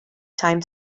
time